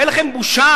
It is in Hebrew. אין לכם בושה.